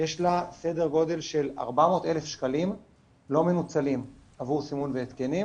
סדר גודל של 400,000 שקלים עבור סימון והתקנים,